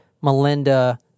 Melinda